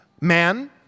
man